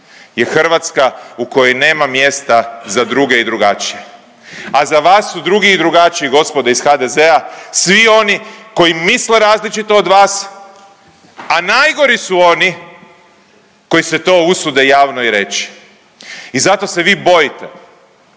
je Hrvatska u kojoj nema mjesta za druge i drugačije, a za vas su drugi i drugačiji gospodo iz HDZ-a svi oni koji misle različito od vas, a najgori su oni koji se to usude javno i reći. I zato se vi bojite